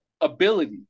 ability